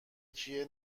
کیه